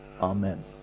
Amen